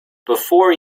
before